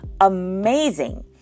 amazing